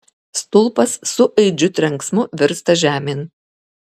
stulpas su aidžiu trenksmu virsta žemėn